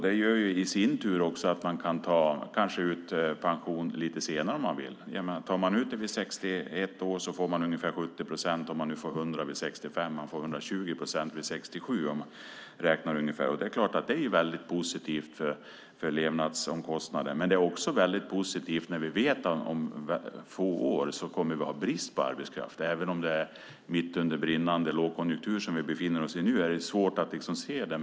Det gör att man om man vill kanske kan ta ut pension lite senare. Tar man ut pension vid 61 år får man ut ungefär 70 procent, om man nu får 100 procent vid 65 år, och man får 120 procent vid 67 år. Det är väldigt positivt för levnadsomkostnaden. Det är också väldigt positivt eftersom vi vet att vi om några få år kommer att ha brist på arbetskraft. Eftersom vi nu befinner oss mitt under brinnande lågkonjunktur är det svårt att se det.